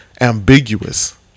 ambiguous